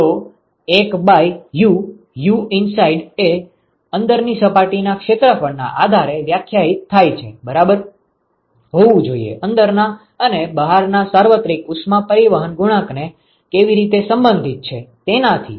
તો 1 by U U inside એ અંદરની સપાટીના ક્ષેત્રના આધારે વ્યાખ્યાયિત થાય છે જે બરાબર હોવું જોઈએ અંદરના અને બહારના સાર્વત્રિક ઉષ્મા પરિવહન ગુણાંકને કેવી રીતે સંબંધિત છે તેનાથી